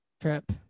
trip